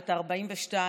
בת 42,